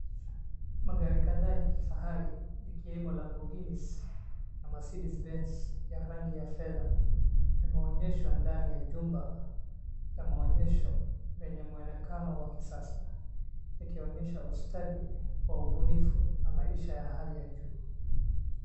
Magari kadhaa ya kifahari yakiwemo Lamborghini na Mercedes Benz ya rangi ya fedha yameonyeshwa ndani ya jumba la maonyesho lenye mwonekano wa kisasa yakionyesha ustadi wa ubunifu na maisha ya hali ya juu.